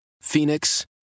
Phoenix